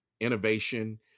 innovation